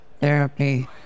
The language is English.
therapy